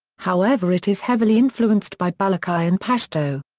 however it is heavily influenced by balochi and pashto.